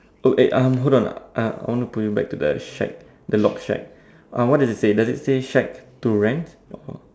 oh eh um hold on uh I want to pull you back to the shack the log shack uh what does it say does it say shack to rent or